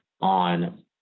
on